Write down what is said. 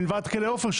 מלבד כלא עופר,